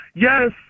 Yes